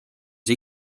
see